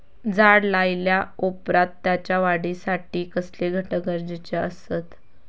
झाड लायल्या ओप्रात त्याच्या वाढीसाठी कसले घटक गरजेचे असत?